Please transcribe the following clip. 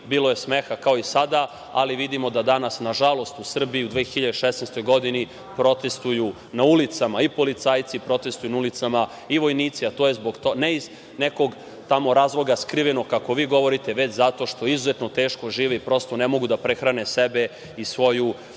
bilo je smeha kao i sada, ali vidimo da danas nažalost u Srbiji u 2016. godini protestuju na ulicama i policajci protestuju na ulicama i vojnici, a to je ne iz nekog tamo razloga skrivenog, kako vi govorite, već zato što izuzetno teško žive i prosto ne mogu da prehrane sebe i svoju